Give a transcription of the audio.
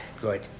good